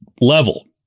level